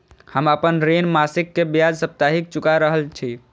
हम आपन ऋण मासिक के ब्याज साप्ताहिक चुका रहल छी